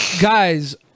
Guys